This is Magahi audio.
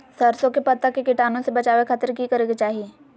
सरसों के पत्ता के कीटाणु से बचावे खातिर की करे के चाही?